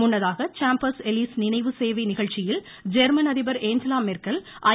முன்னதாக Champs Elysees நினைவு சேவை நிகழ்ச்சியில் ஜெர்மன் அதிபர் ஏஞ்சலா மொக்கல் ஐ